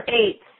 eight